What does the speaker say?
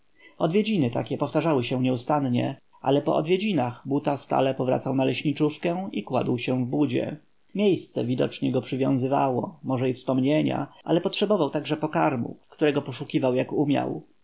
odwiedziny takie powtarzały się nieustannie ale po odwiedzinach buta stale powracał na leśniczówkę i kładł się w budzie miejsce widocznie go przywiązywało może i wspomnienia ale potrzebował także pokarmu którego poszukiwał jak umiał